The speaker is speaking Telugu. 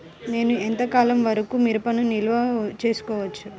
నేను ఎంత కాలం వరకు మిరపను నిల్వ చేసుకోవచ్చు?